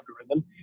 algorithm